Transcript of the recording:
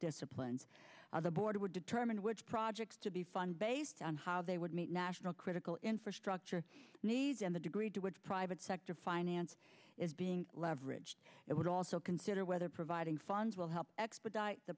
disciplines the board would determine which projects to be fun based on how they would meet national critical infrastructure needs and the degree to which private sector finance is being leveraged it would also consider whether providing funds will help expedite the